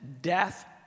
death